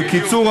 בקיצור,